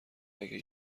اگه